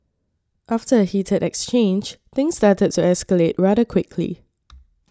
after a heated exchange things started to escalate rather quickly